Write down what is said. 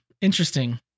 Interesting